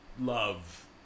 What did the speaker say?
love